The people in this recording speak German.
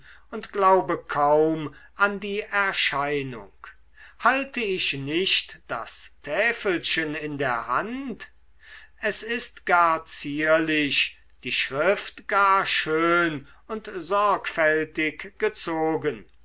und glaube kaum an die erscheinung halte ich nicht das täfelchen in der hand es ist gar zierlich die schrift gar schön und sorgfältig gezogen